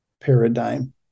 paradigm